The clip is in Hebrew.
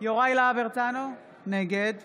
יוראי להב הרצנו, נגד